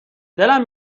دلم